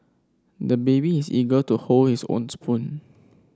the baby is eager to hold his own spoon